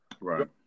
Right